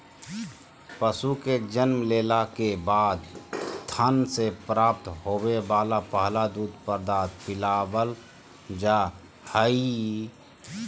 पशु के जन्म लेला के बाद थन से प्राप्त होवे वला पहला दूध पदार्थ पिलावल जा हई